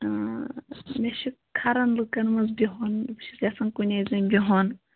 مےٚ چھُ کھَران لُکَن مَنٛز بِہُن بہٕ چھَس یَژھان کُنی زٔنۍ بِہُن